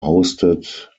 hosted